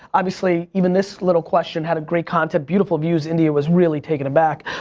obviously even this little question had a great content, beautiful views, india was really taken aback.